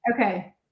Okay